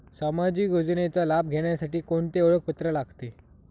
सामाजिक योजनेचा लाभ घेण्यासाठी कोणते ओळखपत्र लागते?